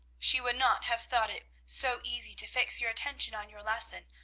she would not have thought it so easy to fix your attention on your lesson,